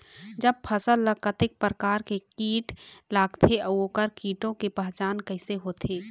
जब फसल ला कतेक प्रकार के कीट लगथे अऊ ओकर कीटों के पहचान कैसे होथे?